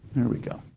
here we go.